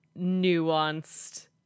nuanced